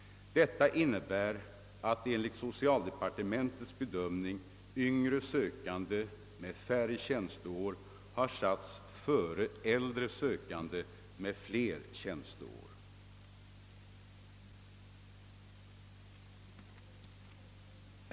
Detta innebär att enligt socialdepartementets bedömning yngre sökande med färre tjänsteår har satts före äldre sökande med fler tjänsteår.